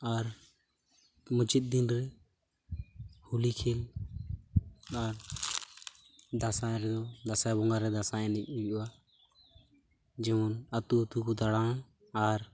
ᱟᱨ ᱢᱩᱪᱟᱹᱫ ᱫᱤᱱ ᱨᱮ ᱦᱚᱞᱤ ᱠᱷᱮᱞ ᱟᱨ ᱫᱟᱸᱥᱟᱭ ᱨᱮᱫᱚ ᱫᱟᱸᱥᱟᱭ ᱵᱚᱸᱜᱟ ᱨᱮ ᱫᱟᱸᱥᱟᱭ ᱮᱱᱮᱡ ᱦᱩᱭᱩᱜᱼᱟ ᱡᱮᱢᱚᱱ ᱟᱹᱛᱩ ᱟᱹᱛᱩ ᱠᱚ ᱫᱟᱬᱟᱱᱟ ᱟᱨ